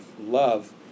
love